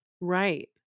right